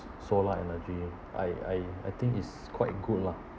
solar energy I I I think is quite good lah